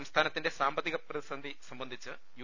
സംസ്ഥാനത്തിന്റെ സാമ്പത്തിക പ്രതിസന്ധി സംബന്ധിച്ച യു